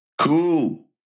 cool